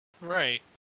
Right